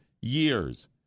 years